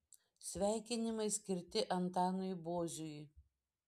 sveikinimai skirti antanui boziui